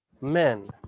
Men